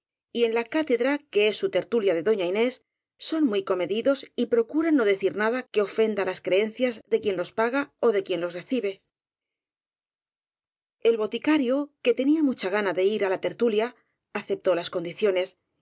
y en la cátedra que es su tertulia de doña inés son muy comedidos y procuran no decir nada que ofenda las creencias de quien los paga ó de quien los recibe el boticario que tenía mucha gana de ir á la tertulia aceptó las condiciones